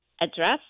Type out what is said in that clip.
address